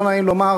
לא נעים לומר,